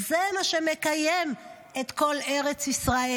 זה מה שמקיים את כל ארץ ישראל.